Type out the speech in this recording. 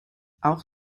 auch